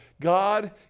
God